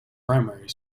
primary